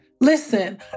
Listen